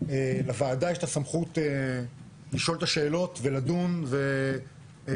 לוועדה יש את הסמכות לשאול את השאלות ולדון ולקרן